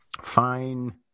Fine